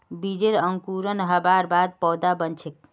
बीजेर अंकुरण हबार बाद पौधा बन छेक